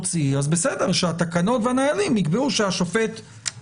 לכולנו שהתמונה רציפה כל הזמן,